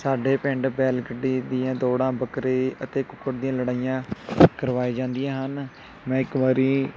ਸਾਡੇ ਪਿੰਡ ਬੈਲ ਗੱਡੀ ਦੀਆਂ ਦੋੜਾਂ ਬੱਕਰੇ ਅਤੇ ਕੁੱਕੜ ਦੀਆਂ ਲੜਾਈਆਂ ਕਰਵਾਈ ਜਾਂਦੀਆਂ ਹਨ ਮੈਂ ਇੱਕ ਵਾਰੀ